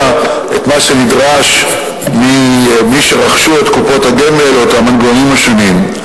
את מה שנדרש ממי שרכשו את קופות הגמל או את המנגנונים השונים.